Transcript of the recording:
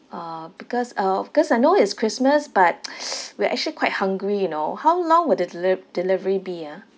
uh because of because I know it's christmas but we're actually quite hungry you know how long would the delir~ delivery be ah